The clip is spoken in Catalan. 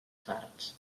parts